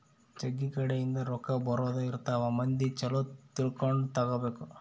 ಜಗ್ಗಿ ಕಡೆ ಇಂದ ರೊಕ್ಕ ಬರೋದ ಇರ್ತವ ಮಂದಿ ಚೊಲೊ ತಿಳ್ಕೊಂಡ ತಗಾಬೇಕು